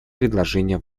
предложения